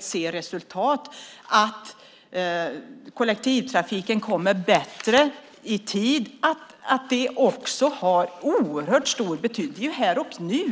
ser resultat och att kollektivtrafiken håller tiden bättre. Det har stor betydelse att åtgärderna får effekt här och nu.